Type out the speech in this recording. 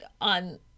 on